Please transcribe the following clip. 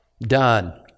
done